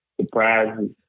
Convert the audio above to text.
Surprises